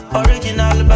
original